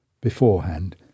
beforehand